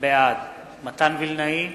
בעד מתן וילנאי,